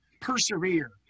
persevere